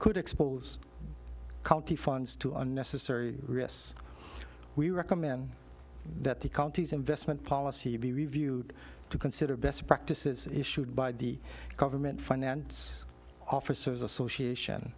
could expose county funds to unnecessary risks we recommend that the county's investment policy be reviewed to consider best practice issued by the government finance officers association